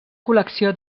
col·lecció